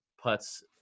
putts